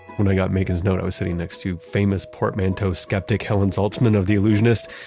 when i got megan's note, i was sitting next to famous portmanteau skeptic, helen zaltzman, of the allusionist,